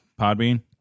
podbean